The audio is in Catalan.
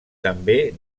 també